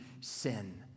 sin